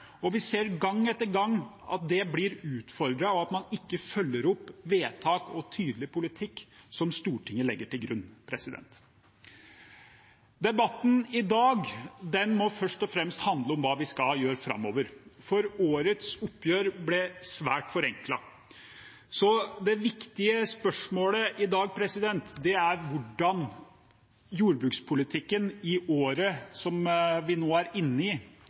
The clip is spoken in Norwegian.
og vi ser gang etter gang at det blir utfordret, og at man ikke følger opp vedtak og tydelig politikk som Stortinget legger til grunn. Debatten i dag må først og fremst handle om hva vi skal gjøre framover, for årets oppgjør ble svært forenklet. Så det viktige spørsmålet i dag er hvordan jordbrukspolitikken i året som vi nå er inne i,